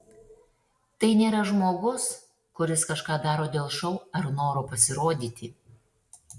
tai nėra žmogus kuris kažką daro dėl šou ar noro pasirodyti